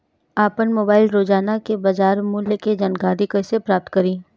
आपन मोबाइल रोजना के बाजार मुल्य के जानकारी कइसे प्राप्त करी?